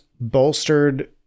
bolstered